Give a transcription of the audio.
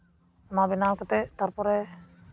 ᱚᱱᱟ ᱵᱮᱱᱟᱣ ᱠᱟᱛᱮ ᱛᱟᱨᱯᱚᱨᱮ